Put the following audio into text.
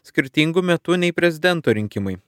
skirtingu metu nei prezidento rinkimai